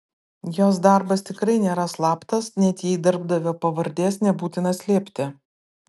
jos darbas tikrai nėra slaptas net jei darbdavio pavardės nebūtina slėpti